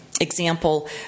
example